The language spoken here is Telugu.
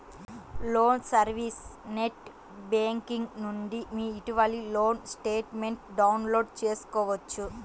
లోన్ సర్వీస్ నెట్ బ్యేంకింగ్ నుండి మీ ఇటీవలి లోన్ స్టేట్మెంట్ను డౌన్లోడ్ చేసుకోవచ్చు